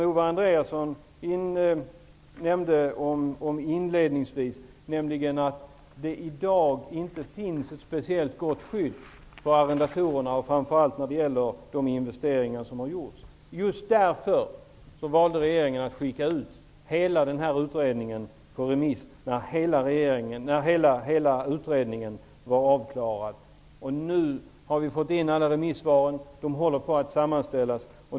Owe Andréasson nämnde inledningsvis att det i dag inte finns något speciellt bra skydd för arrendatorerna, framför allt inte när det gäller de investeringar som har gjorts. Jag håller med om det. Just därför valde regeringen att skicka ut hela utredningen på remiss när den var klar. Nu har vi fått in alla remissvar. De håller på att sammanställas.